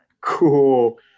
cool